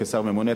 כשר הממונה,